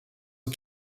aux